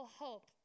hope